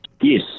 Yes